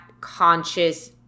conscious